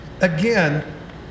Again